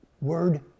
word